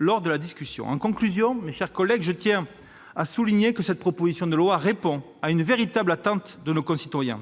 suite de la discussion. En conclusion, mes chers collègues, je tiens à souligner que cette proposition de loi répond à une attente très forte de nos concitoyens,